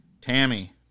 Tammy